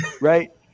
Right